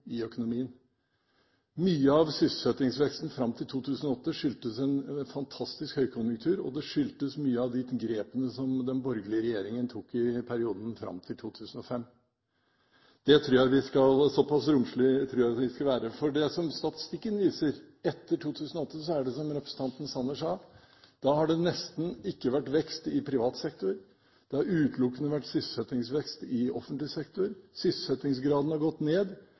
Mye av sysselsettingsveksten fram til 2008 skyldtes en fantastisk høykonjunktur, og det skyldtes mange av de grepene som den borgerlige regjeringen tok i perioden fram til 2005. Såpass romslige tror jeg vi skal være. Det som statistikken viser, er at etter 2008 har det, som representanten Sanner sa, nesten ikke vært vekst i privat sektor, det har utelukkende vært sysselsettingsvekst i offentlig sektor. Sysselsettingsgraden har gått ned,